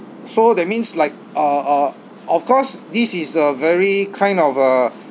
so that means like uh uh of course this is a very kind of uh